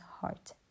heart